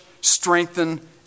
strengthen